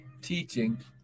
teaching